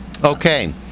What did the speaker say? okay